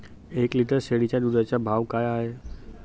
एक लिटर शेळीच्या दुधाचा भाव काय आहे?